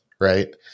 right